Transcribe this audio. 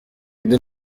undi